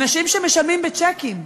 אנשים שמשלמים בצ'קים,